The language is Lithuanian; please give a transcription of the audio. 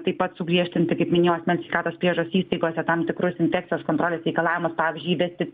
taip pat sugriežtinti kaip minėjau asmens sveikatos priežiūros įstaigose tam tikrus infekcijos kontrolės reikalavimus pavyzdžiui įvesti